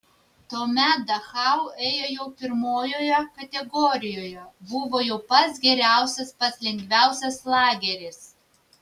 tuomet dachau ėjo jau pirmojoje kategorijoje buvo jau pats geriausias pats lengviausias lageris